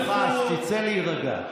אתה לא במקומך, אז תצא להירגע.